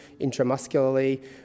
intramuscularly